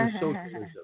socialism